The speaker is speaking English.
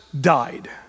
died